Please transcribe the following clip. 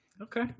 okay